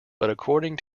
according